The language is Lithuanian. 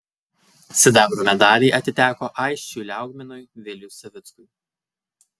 sidabro medaliai atiteko aisčiui liaugminui viliui savickui